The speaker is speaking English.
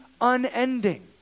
unending